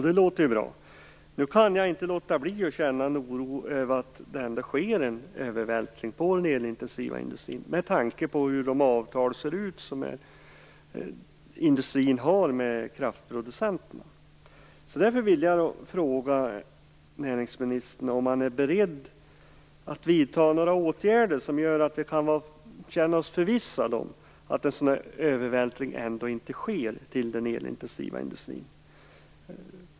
Det låter ju bra, men jag känner ändå oro över att det sker en övervältring på den elintensiva industrin; med tanke på hur de avtal ser ut som industrin har träffat med kraftproducenterna. Är näringsministern beredd att vidta åtgärder som gör att vi kan vara förvissade om att en sådan här övervältring på den elintensiva industrin inte sker?